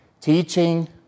teaching